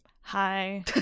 Hi